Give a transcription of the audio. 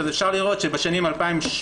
אפשר לראות שבשנים 2017,